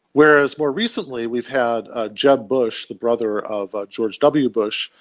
whereas more recently we've had ah jeb bush, the brother of george w bush,